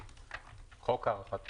חוק הארכת תקופות?